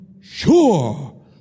sure